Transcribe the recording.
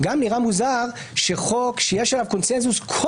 נראה מוזר שחוק שיש עליו קונצנזוס כל